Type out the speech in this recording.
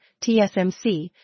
TSMC